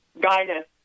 guidance